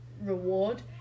reward